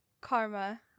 Karma